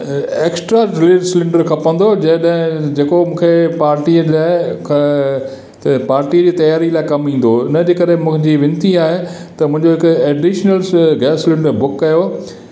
extra gas cylinder खपंदो जॾहिं जे को मूंखे पार्टीअ लाइ हिते पार्टीअ जी तयारी लाइ कमु ईंदो हिनजे करे मुंहिंजी विनती आहे त मुंहिंजो हिकु एडनीशनल गैस सिलेंडर बुक कयो